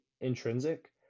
intrinsic